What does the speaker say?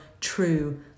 true